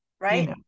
right